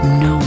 no